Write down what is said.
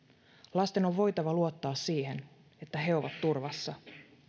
lasten on voitava luottaa siihen että he ovat turvassa